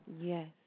Yes